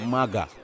Maga